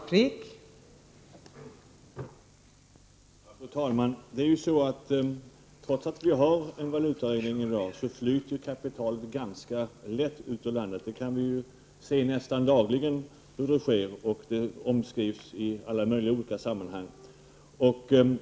Fru talman! Trots att vi i dag har valutareglering flyter kapitalet ganska lätt ut ur landet. Det kan vi uppleva nästan dagligen, och det omskrivs i olika sammanhang.